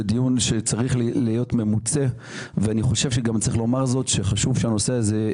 דיון שצריך להיות ממוצה ואני חושב צריך לומר זאת שחשוב שהנושא הזה,